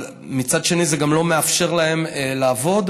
ומצד שני זה גם לא מאפשר להם לעבוד,